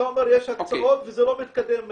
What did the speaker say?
אתה אומר שיש הקצאות וזה לא מתקדם.